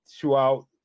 throughout